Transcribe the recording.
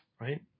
right